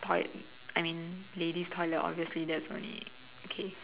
toilet I mean lady's toilet obviously there's only okay